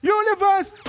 universe